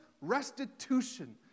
restitution